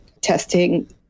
testing